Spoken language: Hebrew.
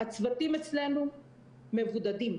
הצוותים אצלנו מבודדים,